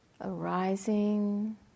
arising